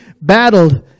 battled